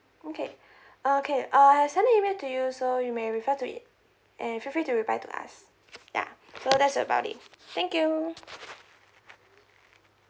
okay uh okay uh I sending email to you so you may refer to it and feel free to reply to us ya so that's about it thank you